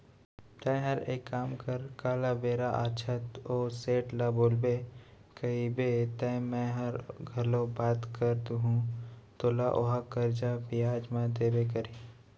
तैंहर एक काम कर काल बेरा आछत ओ सेठ ल बोलबे कइबे त मैंहर घलौ बात कर दूहूं तोला ओहा करजा बियाज म देबे करही